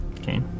Okay